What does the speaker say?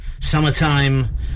summertime